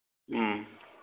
ꯎꯝ